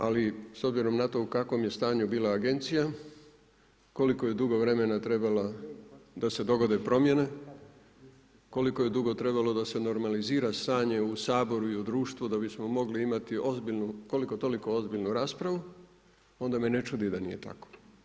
Ali s obzirom na to u kakvom je stanju bila agencija, koliko je dugo vremena trebala da se dogode promjene, koliko je dugo trebalo da se normalizira, san je u Saboru i u društvu, da bismo mogli imati ozbiljnu, koliko toliko ozbiljnu raspravu, onda mi ne čudi što nije tako.